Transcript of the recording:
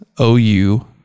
OU